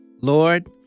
Lord